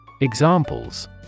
Examples